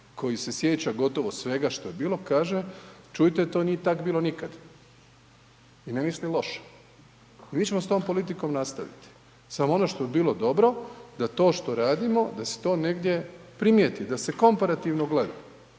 koji se sjeća gotovo svega što je bilo, kaže čujte to nije tak bilo nikad i ne misli loše i mi ćemo s tom politikom nastaviti, samo ono što bi bilo dobro da to što radimo da se to negdje primijeti, da se komparativno gleda,